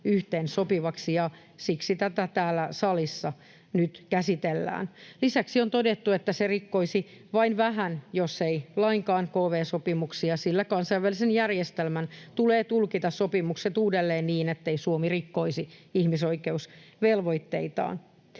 siksi tätä täällä salissa nyt käsitellään. Lisäksi on todettu, että se rikkoisi vain vähän jos lainkaan kv-sopimuksia, sillä kansainvälisen järjestelmän tulee tulkita sopimukset uudelleen, niin ettei Suomi rikkoisi ihmisoikeusvelvoitteitaan.